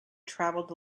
traveled